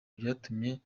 byatumye